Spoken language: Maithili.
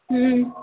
हूँ